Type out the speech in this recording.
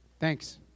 Thanks